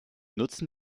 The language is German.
nutzten